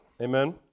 Amen